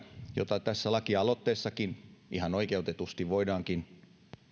jota tässä lakialoitteessakin velvoitetaan ihan oikeutetusti voidaankin